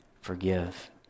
forgive